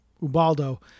Ubaldo